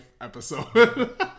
episode